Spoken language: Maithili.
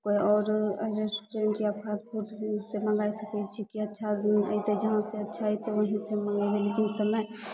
कोइ आओर रेस्टूरेंट या अच्छा फास्ट फूड से मँगाय सकै छी की अच्छा एतै जहाँ से अच्छा अयतै वही से मंगेबै लेकिन समय